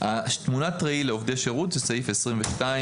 תמונת הראי לעובדי שירות זה סעיף 22(א)(1)